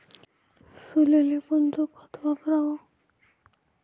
सोल्याले कोनचं खत वापराव?